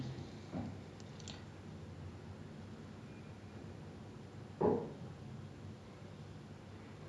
ya because ஒன்னோட:onnoda options lah இருக்குல:irukkula once you start to get to a certain level you will see that all of your options are laid out for you in front of you